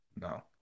No